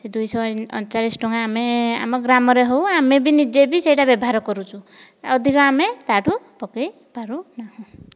ସେ ଦୁଇ ଶହ ଅଣଚାଳିଶ ଟଙ୍କା ଆମେ ଆମ ଗ୍ରାମରେ ହେଉ ଆମେ ନିଜେ ବି ସେଟା ବ୍ୟବହାର କରୁଛୁ ଅଧିକ ଆମେ ତାଠୁ ପକାଇ ପାରୁନାହୁଁ